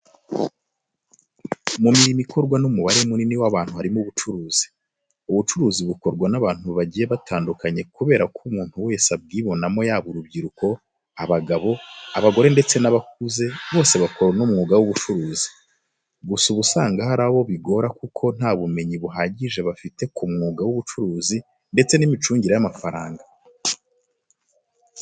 Mu mirimo ikorwa n'umubare munini w'abantu harimo ubucuruzi. Ubucuruzi bukorwa n'abantu bagiye batandukanye kubera ko umuntu wese abwibonamo yaba urubyiruko, abagabo, abagore ndetse n'abakuze bose bakora uno mwuga w'ubucuruzi. Gusa uba usanga hari abo bigora kuko nta bumenyi buhagije bafite ku mwuga w'ubucuruzi ndetse n'imicungire y'amafaranga.